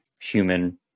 human